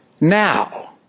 now